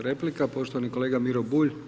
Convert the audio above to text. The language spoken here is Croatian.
Replika, poštovani kolega Miro Bulj.